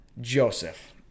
Joseph